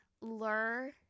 lure